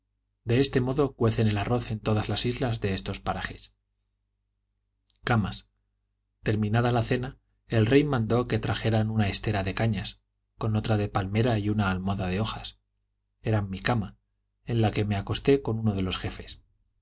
de este modo cuecen el arroz en todas las islas de estos parajes camas terminada la cena el rey mandó que trajeran una estera de cañas con otra de palmera y una almohada de hojas eran mi cama en la que me acosté con uno de los jefes